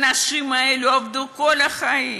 האנשים האלה עבדו כל החיים.